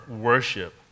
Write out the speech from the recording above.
worship